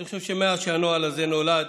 אני חושב שמאז שהנוהל הזה נולד